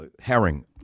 Herring